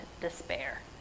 despair